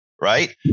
Right